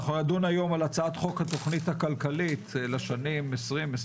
היום על הצעת חוק התוכנית הכלכלית לשנים 2021